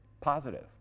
positive